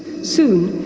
soon,